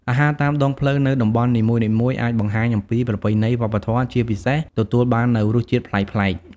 អាហារតាមដងផ្លូវនៅតំបន់នីមួយៗអាចបង្ហាញអំពីប្រពៃណី វប្បធម៌ ជាពិសេសទទួលបាននូវរសជាតិប្លែកៗ។